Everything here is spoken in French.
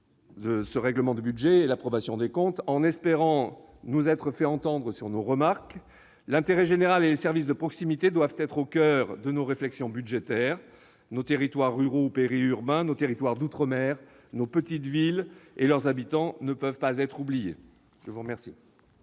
de règlement du budget et d'approbation des comptes, en espérant nous être fait entendre sur nos remarques. L'intérêt général et les services de proximité doivent être au coeur de nos réflexions budgétaires. Nos territoires ruraux ou périurbains, nos territoires d'outre-mer, nos petites villes et leurs habitants ne peuvent pas être oubliés. La parole